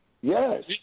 Yes